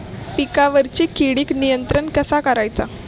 पिकावरची किडीक नियंत्रण कसा करायचा?